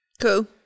Cool